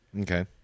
Okay